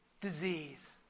disease